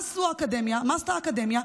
מה עשתה האקדמיה?